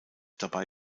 dabei